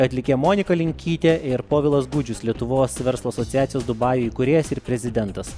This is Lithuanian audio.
atlikėja monika linkytė ir povilas gudžius lietuvos verslo asociacijos dubajuj įkūrėjas ir prezidentas